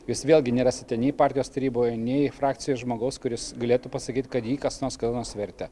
jūs vėlgi nerasite nei partijos taryboje nei frakcijoj žmogaus kuris galėtų pasakyt kad jį kas nors kada nors vertė